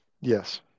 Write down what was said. yes